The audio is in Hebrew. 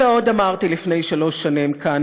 ועוד אמרתי לפני שלוש שנים כאן,